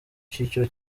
cyiciro